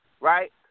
right